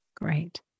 great